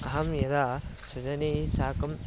अहं यदा स्वजनैः साकं